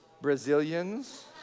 Brazilians